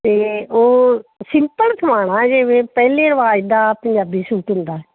ਅਤੇ ਉਹ ਸਿੰਪਲ ਸਿਲਾਉਣਾ ਜਿਵੇਂ ਪਹਿਲੇ ਰਿਵਾਜ ਦਾ ਪੰਜਾਬੀ ਸੂਟ ਹੁੰਦਾ